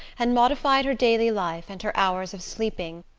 and modified her daily life, and her hours of sleeping,